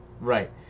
Right